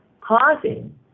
causing